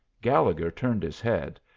gallegher turned his head,